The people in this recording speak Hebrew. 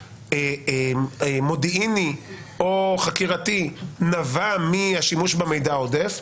מודיעיני או חקירתי נבע מהשימוש במידע העודף?